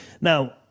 Now